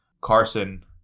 Carson